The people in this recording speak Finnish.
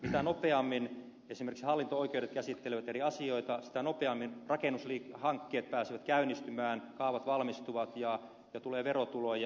mitä nopeammin esimerkiksi hallinto oikeudet käsittelevät eri asioita sitä nopeammin rakennushankkeet pääsevät käynnistymään kaavat valmistuvat ja tulee verotuloja